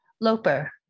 Loper